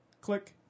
Click